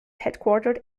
headquartered